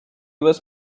was